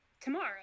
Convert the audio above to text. tomorrow